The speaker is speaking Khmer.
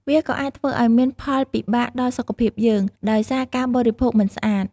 វាក៏អាចធ្វើឲ្យមានផលពិបាកដល់សុខភាពយើង ដោយសារការបរិភោគមិនស្អាត ។